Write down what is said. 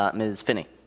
um ms. finney.